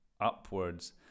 upwards